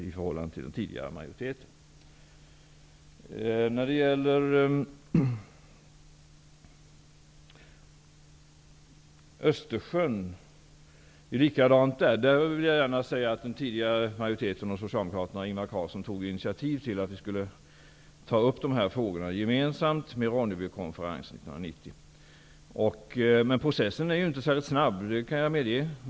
Carlsson initiativ till att dessa frågor skulle tas upp gemensamt i Ronnebykonferensen 1990. Men processen är inte särskilt snabb. Det måste jag medge.